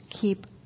keep